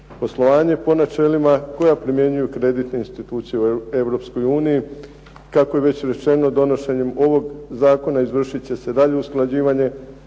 poslanje po načelima koja primjenjuju kreditne institucije u EU. Kako je već rečeno donošenjem ovog zakona izvršit će se daljnje usklađivanje